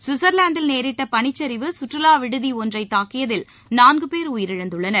சுவிட்சர்லாந்தில் நேரிட்ட பளிச்சரிவு கற்றுவா விடுதி ஒன்றை தாக்கியதில் நான்குபேர் உயிரிழந்துள்ளனர்